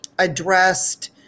addressed